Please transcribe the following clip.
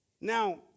Now